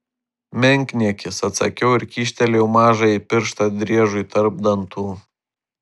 menkniekis atsakiau ir kyštelėjau mažąjį pirštą driežui tarp dantų